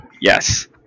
Yes